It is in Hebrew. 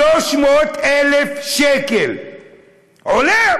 300,000 שקל עולה.